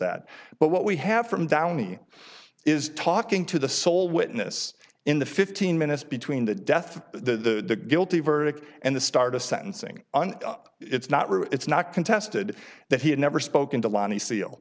that but what we have from downey is talking to the sole witness in the fifteen minutes between the death of the guilty verdict and the start of sentencing and it's not true it's not contested that he had never spoken to lani seal